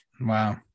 Wow